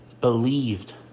believed